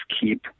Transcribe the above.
keep